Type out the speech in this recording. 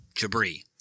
jabri